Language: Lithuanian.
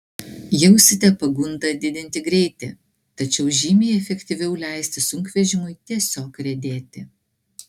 jausite pagundą didinti greitį tačiau žymiai efektyviau leisti sunkvežimiui tiesiog riedėti